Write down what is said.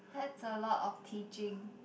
that's a lot of teaching